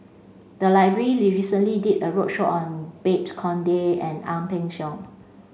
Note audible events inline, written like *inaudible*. the library *unintelligible* recently did a roadshow on Babes Conde and Ang Peng Siong